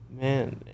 man